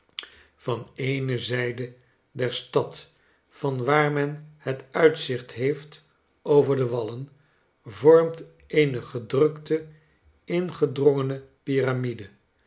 van eene zijde der stad van waar men het uitzicht heeft over de wallen vormt eene godrukte ingedrongene piramide